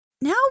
Now